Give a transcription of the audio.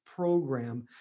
program